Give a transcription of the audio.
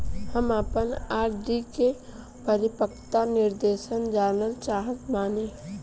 हम आपन आर.डी के परिपक्वता निर्देश जानल चाहत बानी